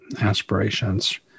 aspirations